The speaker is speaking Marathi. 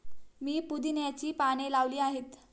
मी पुदिन्याची पाने लावली आहेत